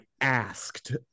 asked